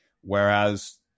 whereas